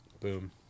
Boom